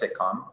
sitcom